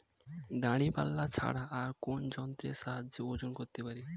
দাঁড়িপাল্লা ছাড়া আর কোন যন্ত্রের সাহায্যে ওজন করতে পারি?